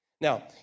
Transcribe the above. Now